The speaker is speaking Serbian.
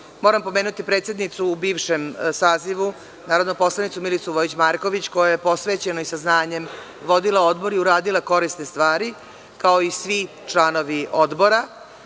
Moram pomenuti predsednicu u bivšem sazivu, narodnu poslanici Milicu Vojić Marković, koja je posvećeno i sa znanjem vodila odbor i uradila korisne stvari, kao i svi članovi